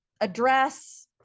address